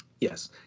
Yes